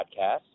podcast